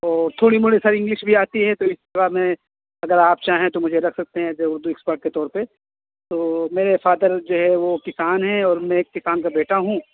تو تھوڑی موڑی سر انگلش بھی آتی ہے تو اس طرح میں اگر آپ چاہیں تو مجھے رکھ سکتے ہیں ایز اے اردو اکسپرٹ کے طور پہ تو میرے فادر جو ہے وہ کسان ہیں اور میں ایک کسان کا بیٹا ہوں